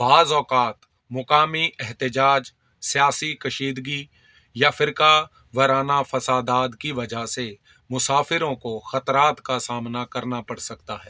بعض اوقات مقامی احتجاج سیاسی کشیدگی یا فرقہ وارانہ فسادا کی وجہ سے مسافروں کو خطرات کا سامنا کرنا پڑ سکتا ہے